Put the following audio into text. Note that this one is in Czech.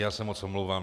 Já se moc omlouvám.